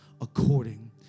according